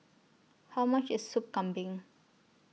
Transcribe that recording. How much IS Sup Kambing